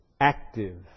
active